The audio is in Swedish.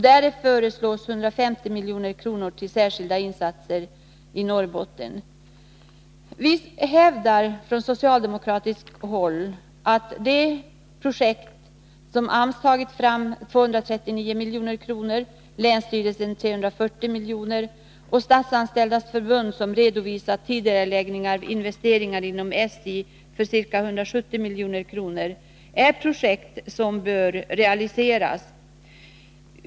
Där föreslås 150 milj.kr. till särskilda insatser i Norrbotten. Vi socialdemokrater hänvisar till de projekt som har tagits fram av AMS för 239 milj.kr., av länsstyrelsen för 340 milj.kr. och av Statsanställdas förbund som har redovisat tidigareläggningar av investeringar inom SJ för ca 170 milj.kr. Vi hävdar att dessa projekt bör realiseras.